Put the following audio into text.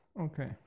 Okay